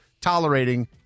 tolerating